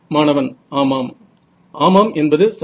மாணவன் ஆமாம் ஆமாம் என்பது சரி